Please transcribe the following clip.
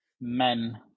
men